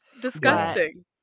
disgusting